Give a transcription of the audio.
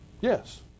Yes